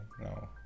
No